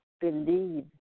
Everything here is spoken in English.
believe